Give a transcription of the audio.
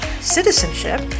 citizenship